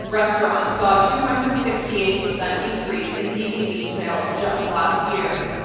restaurants saw a two hundred and sixty eight percent increase in vegan meat sales just last year.